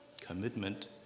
commitment